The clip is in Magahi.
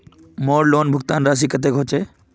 मोर लोन भुगतान राशि कतेक होचए?